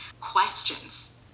questions